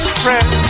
friend